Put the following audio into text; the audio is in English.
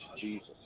Jesus